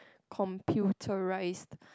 computerise